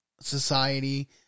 society